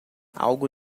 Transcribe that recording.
algo